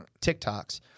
TikToks